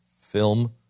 film